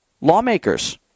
lawmakers